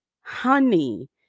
Honey